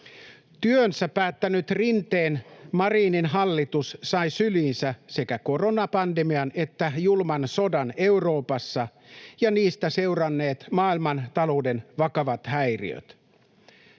Työnsä päättänyt Rinteen—Marinin hallitus sai syliinsä sekä koronapandemian että julman sodan Euroopassa ja niistä seuranneet maailmantalouden vakavat häiriöt.